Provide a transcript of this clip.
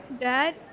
Dad